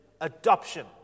adoption